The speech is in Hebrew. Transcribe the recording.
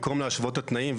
במקום להשוות את התנאים.